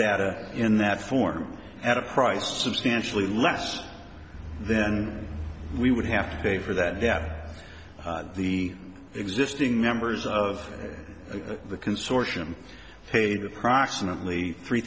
data in that form at a price substantially less then we would have to pay for that that the existing members of the consortium paid approximately three